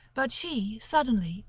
but she suddenly,